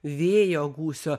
vėjo gūsio